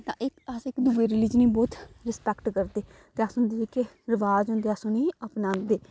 तां अस इक्क दूऐ रलीजन दी बहोत रिस्पैक्ट करदे ते अस जेह्के रवाज़ होंदे अस उ'नेंगी अपनांदे